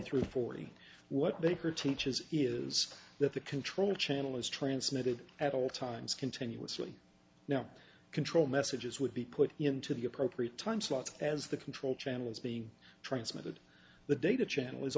three of forty what they heard teaches is that the control channel is transmitted at all times continuously now control messages would be put into the appropriate time slots as the control channel is being transmitted the data channel is